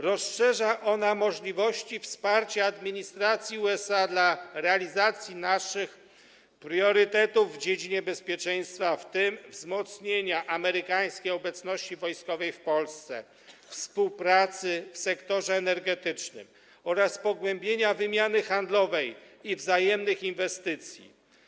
Rozszerza ona możliwości wsparcia administracji USA dla realizacji naszych priorytetów w dziedzinie bezpieczeństwa, w tym wzmocnienia amerykańskiej obecności wojskowej w Polsce, współpracy w sektorze energetycznym oraz pogłębienia wymiany handlowej i wzajemnych inwestycji.